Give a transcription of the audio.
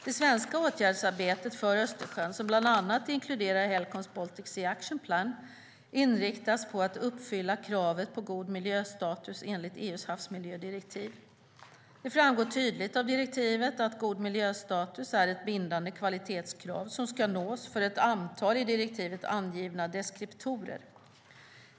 Det svenska åtgärdsarbetet för Östersjön, som bland annat inkluderar Helcoms Baltic Sea Action Plan, inriktas på att uppfylla kravet på god miljöstatus enligt EU:s havsmiljödirektiv. Det framgår tydligt av direktivet att god miljöstatus är ett bindande kvalitetskrav som ska nås för ett antal i direktivet angivna deskriptorer.